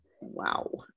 Wow